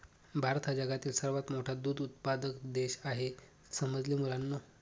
भारत हा जगातील सर्वात मोठा दूध उत्पादक देश आहे समजले मुलांनो